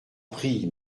prie